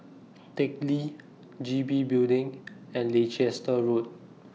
Teck Lee G B Building and Leicester Road